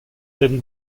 den